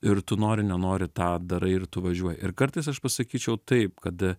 ir tu nori nenori tą darai ir tu važiuoji ir kartais aš pasakyčiau taip kad